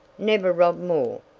never rob more.